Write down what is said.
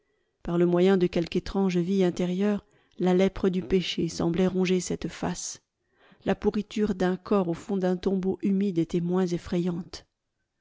par le moyen de quelque étrange vie intérieure la lèpre du péché semblait ronger cette face la pourriture d'un corps au fond d'un tombeau humide était moins effrayante